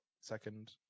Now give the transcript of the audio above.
second